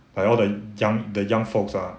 like all the young the young folks ah